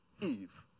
Eve